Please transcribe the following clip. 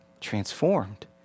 transformed